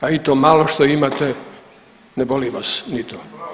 Pa i to malo što imate ne boli vas ni to.